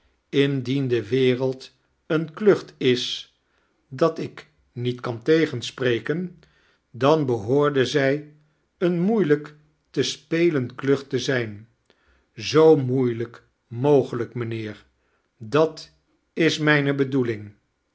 indien de wereld een klucht is dat iik niet kan tegenepireken dan behoorde zij eene moeilijk te spelen klucht te zijn zoo moeilijk mogelijk mijnheer dat is mijne bedoeling